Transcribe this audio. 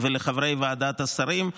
ולחברי ועדת השרים.